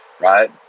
right